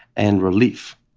and relief,